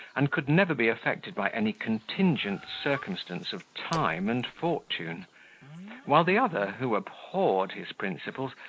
and could never be affected by any contingent circumstance of time and fortune while the other, who abhorred his principles,